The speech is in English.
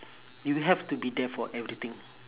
you have to be there for everything